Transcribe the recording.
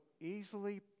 easily